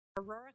Aurora